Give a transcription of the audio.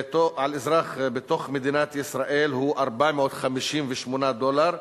בתוך מדינת ישראל הוא 458 דולר,